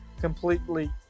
completely –